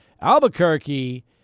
Albuquerque